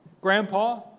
Grandpa